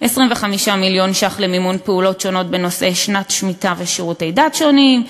25 מיליון ש"ח למימון פעולות שונות בנושאי שנת שמיטה ושירותי דת שונים,